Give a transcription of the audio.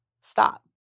stop